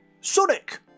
Sonic